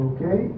Okay